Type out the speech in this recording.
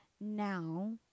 now